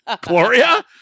Gloria